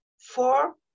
Four